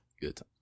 Good